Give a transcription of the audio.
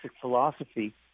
philosophy